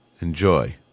Enjoy